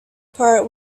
part